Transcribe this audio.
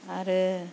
आरो